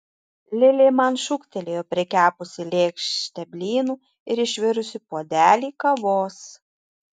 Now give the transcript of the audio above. lili man šūktelėjo prikepusi lėkštę blynų ir išvirusi puodelį kavos